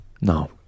No